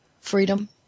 Freedom